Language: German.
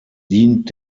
dient